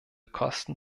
kosten